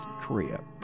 trip